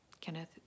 Kenneth